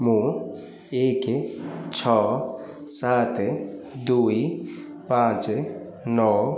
ମୁଁ ଏକ ଛଅ ସାତ ଦୁଇ ପାଞ୍ଚ ନଅ